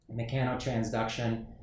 mechanotransduction